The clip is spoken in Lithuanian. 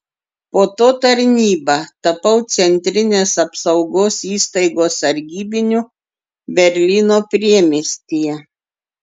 po to tarnyba tapau centrinės apsaugos įstaigos sargybiniu berlyno priemiestyje